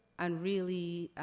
and really,